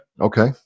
Okay